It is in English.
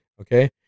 Okay